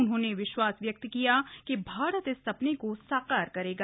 उन्होंने विश्वास व्यक्त किया कि भारत इस सपने को साकार करेगा